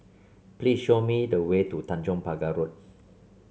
please show me the way to Tanjong Pagar Road